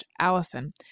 allison